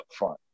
upfront